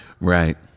right